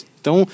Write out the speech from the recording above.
Então